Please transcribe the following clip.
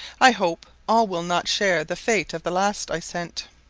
i hope all will not share the fate of the last i sent.